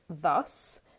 thus